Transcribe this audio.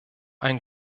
ein